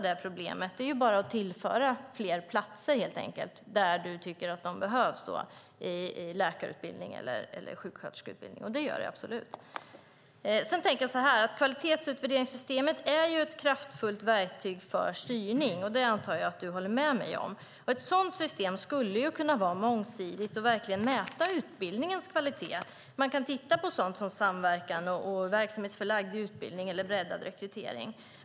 Det är helt enkelt att tillföra fler platser där du tycker att de behövs i läkar eller sjuksköterskeutbildning, och det behövs absolut fler platser. Sedan tänkte jag: Kvalitetsutvärderingssystemet är ett kraftfullt verktyg för styrning. Det antar jag att du håller med mig om. Ett sådant system skulle kunna vara mångsidigt och verkligen mäta utbildningens kvalitet. Man kan titta på sådant som samverkan, verksamhetsförlagd utbildning eller breddad rekrytering.